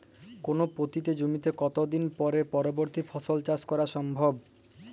কোনো পতিত জমিতে কত দিন পরে পরবর্তী ফসল চাষ করা সম্ভব?